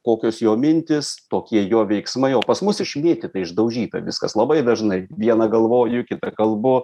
kokios jo mintys tokie jo veiksmai o pas mus išmėtyta išdaužyta viskas labai dažnai vieną galvoju kitą kalbu